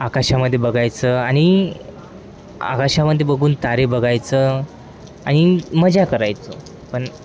आकाशामध्ये बघायचं आणि आकाशामध्ये बघून तारे बघायचं आणि मजा करायचो पण